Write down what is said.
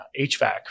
HVAC